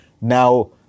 now